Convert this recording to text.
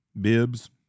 Bibs